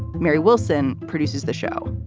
mary wilson produces the show.